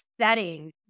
setting